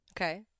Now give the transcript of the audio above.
Okay